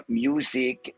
music